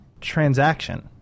transaction